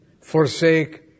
forsake